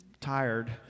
tired